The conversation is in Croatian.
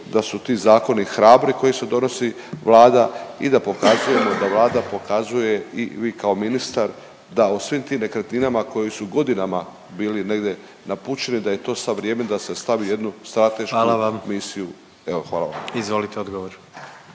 da su ti zakoni hrabri koji su donosi Vlada i da pokazujemo da Vlada pokazuje i vi kao ministar, da o svim tim nekretninama koji su godinama bili negdje na pučini da je to sad vrijeme da se stavi u jednu stratešku …/Upadica predsjednik: